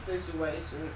situations